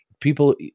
People